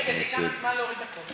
רגע, ייקח לי זמן להוריד את הכול.